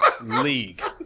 league